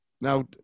Now